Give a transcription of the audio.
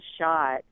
shot